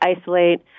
isolate